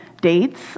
dates